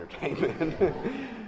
entertainment